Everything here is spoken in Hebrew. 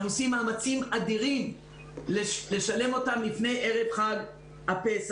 אנחנו עושים מאמצים אדירים לשלם אותן לפני ערב חג הפסח.